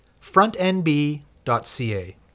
frontnb.ca